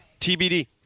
TBD